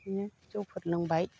बिदिनो जौफोर लोंबाय